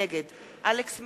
נגד אלכס מילר,